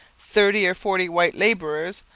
thirty or forty white labourers,